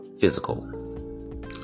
physical